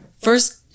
first